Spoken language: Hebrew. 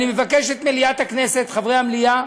אני מבקש ממליאת הכנסת, חברי המליאה,